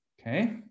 Okay